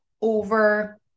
over